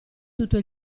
tutto